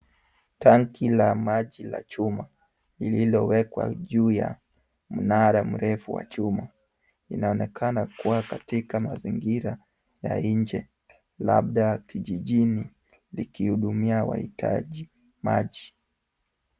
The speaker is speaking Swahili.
Tanki la maji la chuma, lililowekwa juu ya mnara mrefu wa chuma, linaonekana kuwa katika mazingira ya inje, labda kijijini likihudumia wahitaji maji.